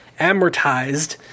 amortized